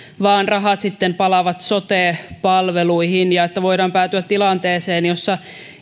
vaan rahat sitten palaavat sote palveluihin ja voidaan päätyä tilanteeseen jossa